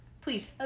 please